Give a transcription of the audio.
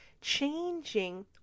changing